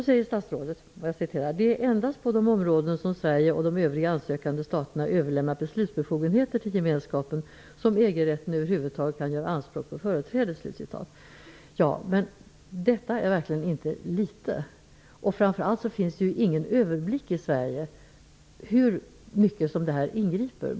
Statsrådet säger: ''Det är endast på de områden som Sverige, och de övriga ansökande staterna, äverlämnar beslutsbefogenheter till gemenskapen som EG-rätten över huvud taget kan göra anspråk på företräde.'' Ja, men detta är verkligen inte litet. Framför allt finns i Sverige ingen överblick över hur mycket detta inbegriper.